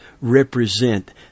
represent